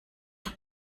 tout